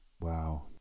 Wow